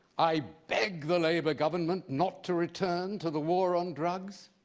i beg the labor government not to return to the war on drugs?